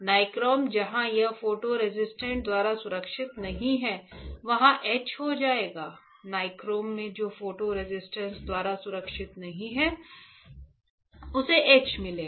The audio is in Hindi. नाइक्रोम जहां यह फोटो रेसिस्टेंट द्वारा सुरक्षित नहीं है वहां ईच हो जाएगा निक्रोम में जो फोटो रेसिस्टेंस द्वारा सुरक्षित नहीं है उसे ईच मिलेगा